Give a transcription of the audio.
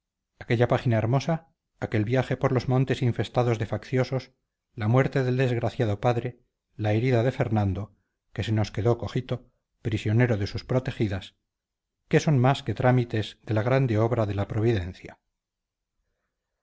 aquella página hermosa aquel viaje por los montes infestados de facciosos la muerte del desgraciado padre la herida de fernando que se nos quedó cojito prisionero de sus protegidas qué son más que trámites de la grande obra de la providencia